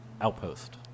outpost